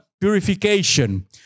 purification